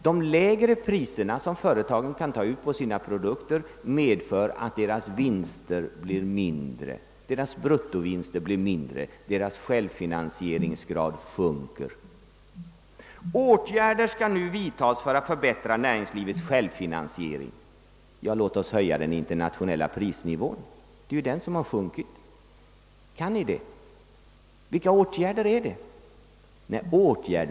Att företagen endast kan ta ut lägre priser på sina produkter medför att deras vinster blir mindre, deras självfinansieringsgrad sjunker. Åtgärder skall nu vidtas för att förbättra näringslivets självfinansiering. Låt oss höja den internationella prisnivån! Det är ju den som har sjunkit. Kan ni det? Vilka åtgärder är det fråga om?